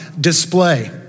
display